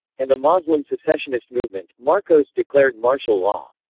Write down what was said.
and the moslem secessionist movement, marcos declared martial law.